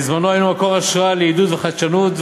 בעבר היינו מקור השראה לעידוד וחדשנות,